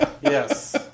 Yes